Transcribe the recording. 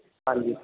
ਹਾਂਜੀ